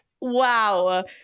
wow